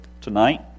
tonight